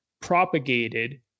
propagated